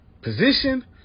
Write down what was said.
position